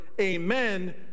amen